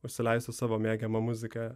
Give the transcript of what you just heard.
užsileistų savo mėgiamą muziką